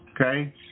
okay